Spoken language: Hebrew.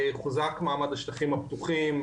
חוזק מעמד השטחים הפתוחים,